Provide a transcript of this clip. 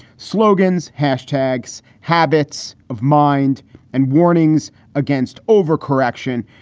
slogans, hashtags, habits of mind and warnings against overcorrection.